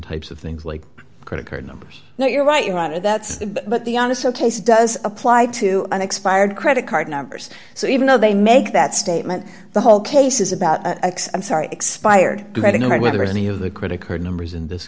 types of things like credit card numbers no you're right your honor that's but the ana so case does apply to an expired credit card numbers so even though they make that statement the whole case is about i'm sorry expired reading over whether any of the credit card numbers in this